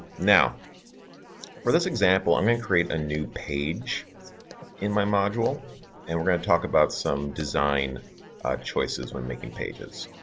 now for this example i mean create a new page in my module and we're going to talk about some design choices when making pages,